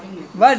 !huh!